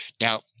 Now